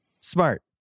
Smart